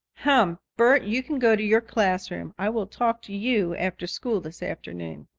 hem! bert, you can go to your classroom. i will talk to you after school this afternoon.